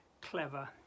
clever